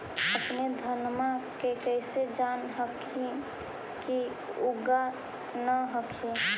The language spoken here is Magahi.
अपने धनमा के कैसे जान हखिन की उगा न हखिन?